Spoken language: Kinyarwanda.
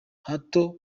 hato